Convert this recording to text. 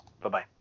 Bye-bye